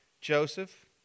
Joseph